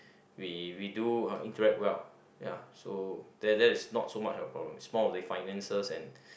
we we do uh interact well ya so that that is not so much of a problem is more of the finances and